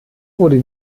wurde